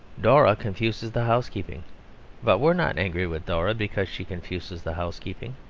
dora confuses the housekeeping but we are not angry with dora because she confuses the housekeeping.